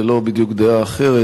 לא בדיוק דעה אחרת,